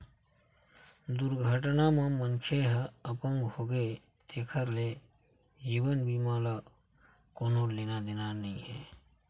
दुरघटना म मनखे ह अपंग होगे तेखर ले जीवन बीमा ल कोनो लेना देना नइ हे